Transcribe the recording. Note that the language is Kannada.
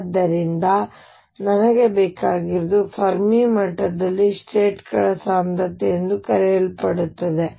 ಆದ್ದರಿಂದ ನನಗೆ ಬೇಕಾಗಿರುವುದು ಫೆರ್ಮಿ ಮಟ್ಟದಲ್ಲಿ ಸ್ಟೇಟ್ ಗಳ ಸಾಂದ್ರತೆ ಎಂದು ಕರೆಯಲ್ಪಡುತ್ತದೆ